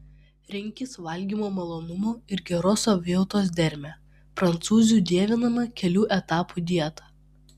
rinkis valgymo malonumo ir geros savijautos dermę prancūzių dievinamą kelių etapų dietą